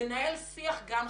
לנהל שיח גם חיצוני,